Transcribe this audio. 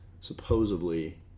supposedly